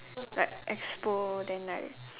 like expo then like